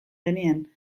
genien